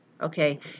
Okay